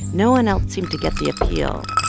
no one else seemed to get the appeal.